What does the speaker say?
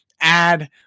add